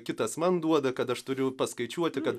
kitas man duoda kad aš turiu paskaičiuoti kad